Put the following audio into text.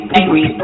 angry